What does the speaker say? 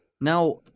now